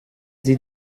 sie